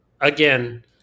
Again